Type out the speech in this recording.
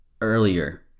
earlier